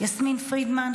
יסמין פרידמן,